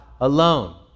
alone